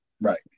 Right